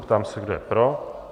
Ptám se, kdo je pro.